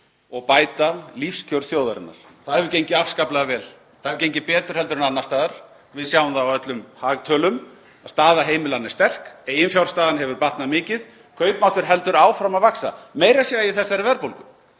og bæta lífskjör þjóðarinnar. Það hefur gengið afskaplega vel, það hefur gengið betur heldur en annars staðar. Við sjáum það á öllum hagtölum að staða heimilanna er sterk. Eiginfjárstaða hefur batnað mikið. Kaupmáttur heldur áfram að vaxa, meira að segja í þessari verðbólgu.